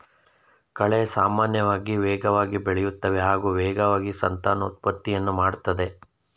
ಕಳೆ ಸಾಮಾನ್ಯವಾಗಿ ವೇಗವಾಗಿ ಬೆಳೆಯುತ್ತವೆ ಹಾಗೂ ವೇಗವಾಗಿ ಸಂತಾನೋತ್ಪತ್ತಿಯನ್ನು ಮಾಡ್ತದೆ